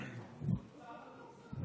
אדוני, שלוש דקות לרשותך.